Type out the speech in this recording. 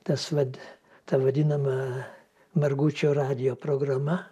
tas vat ta vadinama margučio radijo programa